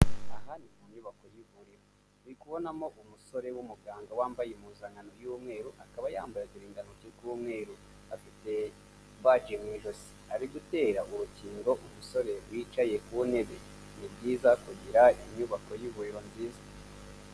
Aha ni mu nyubako y'ivuriro turikubonamo umusore w'umuganga wambaye impuzankano y'umweru, akaba yambaye akarindanto k'umweru, afite baji mu ijosi ari gutera urukingo umusore wicaye ku ntebe, ni byiza kugira inyubako y'ivuriro bwiza.